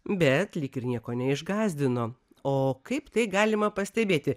bet lyg ir nieko neišgąsdino o kaip tai galima pastebėti